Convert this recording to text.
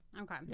okay